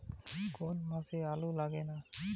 কোন মাসে আলু লাগানো হয়?